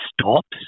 stops